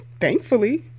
Thankfully